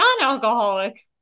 non-alcoholic